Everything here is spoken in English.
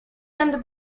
under